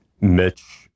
Mitch